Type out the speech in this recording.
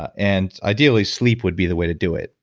and ideally, sleep would be the way to do it.